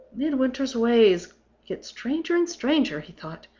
midwinter's ways get stranger and stranger, he thought.